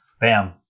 Bam